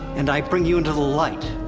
and i bring you into the light.